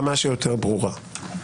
כמה שיותר ברורה.